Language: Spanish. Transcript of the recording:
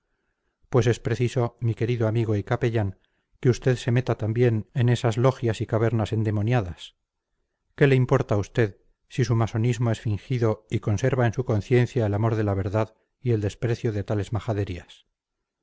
pues es preciso mi querido amigo y capellán que usted se meta también en esas logias y cavernas endemoniadas qué le importa a usted si su masonismo es fingido y conserva en su conciencia el amor de la verdad y el desprecio de tales majaderías